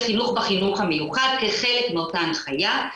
חינוך בחינוך המיוחד כחלק מאותה הנחייה.